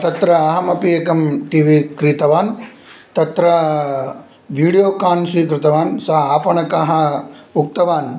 तत्र अहमपि एकं टि वि क्रीतवान् तत्रा वीडियोकान् स्वीकृतवान् सः आपणकः उक्तवान्